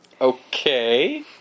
Okay